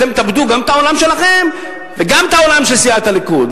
אתם תאבדו גם את העולם שלכם וגם את העולם של סיעת הליכוד.